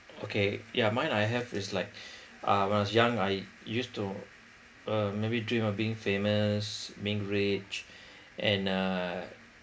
okay yeah mine I have is like uh when I was young I used to uh maybe dream of being famous being rich and uh